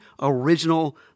original